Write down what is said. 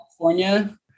California